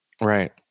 Right